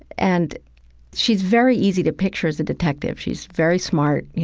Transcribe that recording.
and she's very easy to picture as a detective. she's very smart,